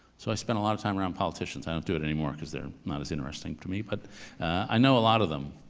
so i spent a lot of time around politicians. i don't do it anymore, because they're not as interesting to me, but i know a lot of them